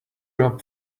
rob